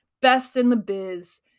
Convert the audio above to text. best-in-the-biz